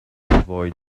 avoid